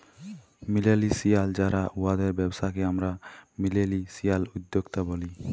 millennial যারা উয়াদের ব্যবসাকে আমরা মিলেলিয়াল উদ্যক্তা ব্যলি